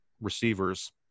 receivers